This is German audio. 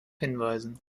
hinweisen